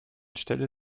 stelle